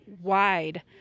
wide